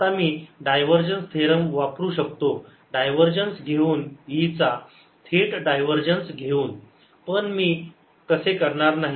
आता मी divergence theorem वापरू शकतो डायवरजन्स घेऊन E चा थेट डायवरजन्स घेऊन पण मी कसे करणार नाही